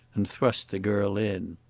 and thrust the girl in.